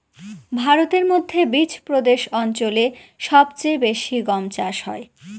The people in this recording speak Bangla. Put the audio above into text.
ভারতের মধ্যে বিচপ্রদেশ অঞ্চলে সব চেয়ে বেশি গম চাষ হয়